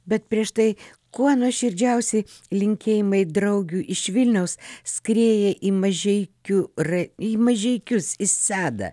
bet prieš tai kuo nuoširdžiausi linkėjimai draugių iš vilniaus skrieja į mažeikių raj į mažeikius į sedą